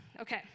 Okay